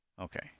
Okay